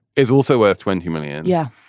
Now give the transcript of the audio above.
it's also worth twenty million. yeah.